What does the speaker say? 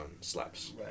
slaps